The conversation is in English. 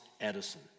Edison